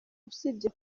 usibye